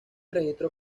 registros